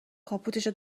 کاپوتشو